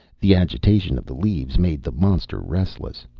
the agitation of the leaves made the monster restless.